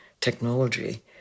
technology